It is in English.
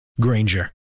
Granger